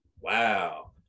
wow